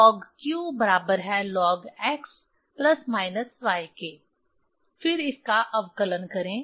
log q बराबर है log x plus minus y के फिर इसका अवकलन करें